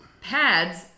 pads